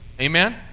amen